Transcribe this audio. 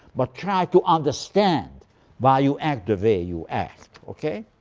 but try to understand why you act the way you act. okay?